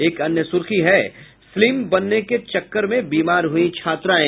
एक अन्य सुर्खी है स्लीम बनने के चक्र में बीमार हुई छात्राएं